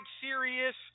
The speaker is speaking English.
serious